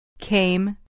Came